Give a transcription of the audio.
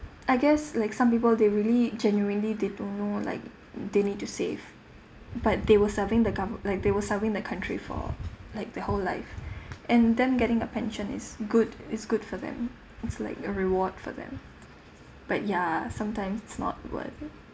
I guess like some people they really genuinely they don't know like they need to save but they were serving the govern~ like they were serving the country for like their whole life and then getting a pension is good it's good for them it's like a reward for them but ya sometimes it's not worth